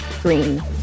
Green